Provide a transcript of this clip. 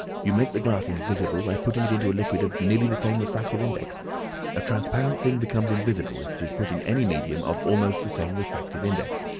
you make the glass invisible by putting it into a liquid of nearly the same refractive index a transparent thing becomes invisible if it is put in any medium of almost the same refractive index.